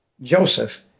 Joseph